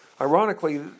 Ironically